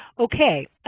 okay,